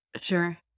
Sure